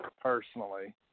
personally